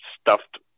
stuffed